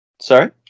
Sorry